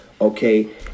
okay